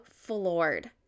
floored